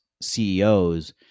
CEOs